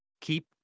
keep